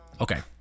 Okay